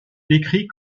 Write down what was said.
décrit